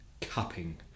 cupping